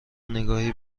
نگاهی